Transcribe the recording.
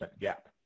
gap